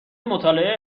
مطالعه